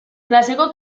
klaseko